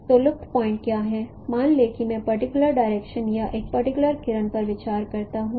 तो लुप्त पॉइंट क्या है मान लें कि मैं पर्टिकुलर डायरेक्शन या एक पर्टिकुलर किरण पर विचार करता हूं